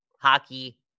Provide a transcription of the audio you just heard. hockey